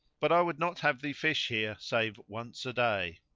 but i would not have thee fish here save once a day.